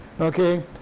Okay